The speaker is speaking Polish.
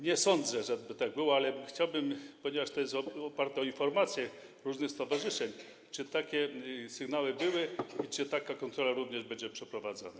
Nie sądzę, żeby tak było, ale chciałbym spytać, ponieważ to jest oparte na informacji różnych stowarzyszeń, czy takie sygnały były i czy taka kontrola również będzie przeprowadzana.